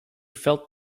felt